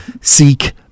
seek